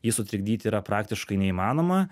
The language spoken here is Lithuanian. jį sutrikdyti yra praktiškai neįmanoma